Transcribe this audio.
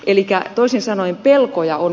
elikkä toisin sanoen pelkoja on